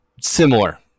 similar